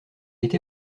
été